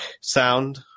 sound